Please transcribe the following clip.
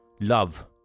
Love